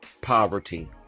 poverty